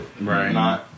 Right